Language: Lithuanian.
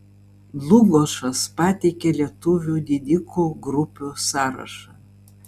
dlugošas pateikia lietuvių didikų grupių sąrašą